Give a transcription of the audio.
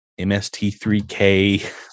MST3K